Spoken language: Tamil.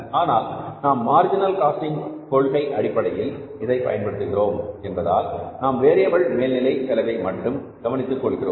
ஆனால் நாம் மார்ஜினல் காஸ்டிங் கொள்கை அடிப்படையில் இதை பயன்படுத்துகிறோம் என்பதால் நாம் வேரியபில் மேல்நிலை செலவை மட்டும் கவனித்துக் கொள்கிறோம்